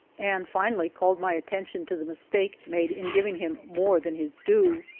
and finally called my attention to the mistake made in giving him more than his due.